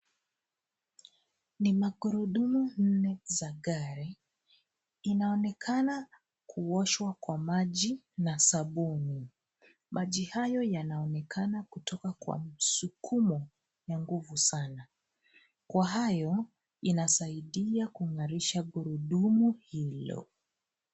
Ni magurudumu nne za gari inaonekana kuoshwa kwa maji na sabuni ,maji hayo yanaonekana kutoka kwa msukumo ya nguvu sana kwa hayo inasaidia kung'arisha gurudumu hilo.